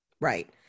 Right